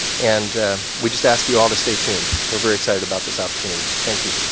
and we just ask you all to stay tuned. we're very excited about this opportunity. thank you.